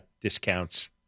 discounts